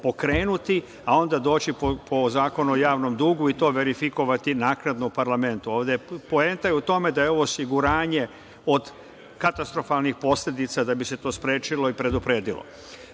pokrenuti, dođi po Zakonu o javnom dugu i to verifikovati naknadno u parlamentu. Poenta je u tome da je ovo osiguranje od katastrofalnih posledica da bi se to sprečilo i predupredilo. Svetska